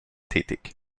tätig